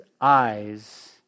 eyes